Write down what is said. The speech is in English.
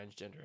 transgender